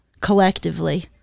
collectively